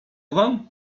wam